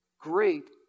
Great